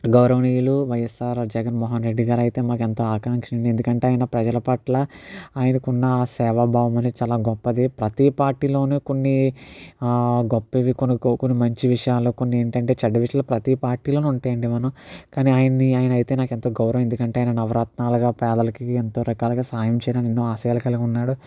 గౌరవనీయులు వైఎస్ఆర్ జగన్ మోహన్ రెడ్డి గారు అయితే మాకు ఎంతో ఆకాంక్ష ఎందుకంటే ఆయన ప్రజల పట్ల ఆయనకు ఉన్న సేవ భావం అనేది చాలా గొప్పది ప్రతి పార్టీలో కొన్ని గొప్ప కొన్ని కొన్ని మంచి విషయాలు కొన్ని ఏంటంటే చెడ్డ విషయాలు ప్రతి పార్టీలో ఉంటాయండి మనం కానీ ఆయన్ని ఆయన అయితే నాకు ఎంతో గౌరవం ఎందుకంటే ఆయన నవరత్నాలుగా పేదలకు ఎంతో రకాలుగా సాయం చేయాలని ఎన్నో ఆశయాలు కలిగి ఉన్నాడు